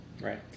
Right